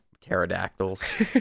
pterodactyls